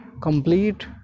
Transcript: complete